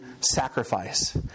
sacrifice